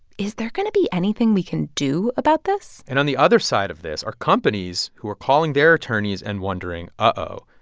is there going to be anything we can do about this? and on the other side of this are companies who are calling their attorneys and wondering, uh-oh.